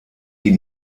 die